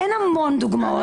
אין המון דוגמאות.